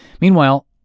Meanwhile